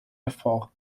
hervor